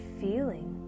feeling